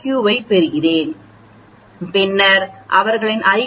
க்யூவைப் பெறுகிறேன் பின்னர் அவர்களின் ஐ